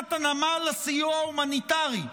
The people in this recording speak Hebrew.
בבניית הנמל לסיוע ההומניטרי.